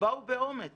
ובאו באומץ